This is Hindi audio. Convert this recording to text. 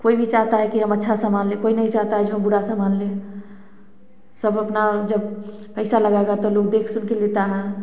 कोई भी चाहता है कि हम अच्छा सामान ले कोई नहीं चाहता कि हम बुरा सामान ले सब अपना जब पैसा लगेगा तो लोग देख सुनकर लेता है